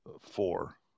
four